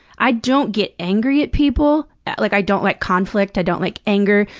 i don't get angry at people like, i don't like conflict, i don't like anger,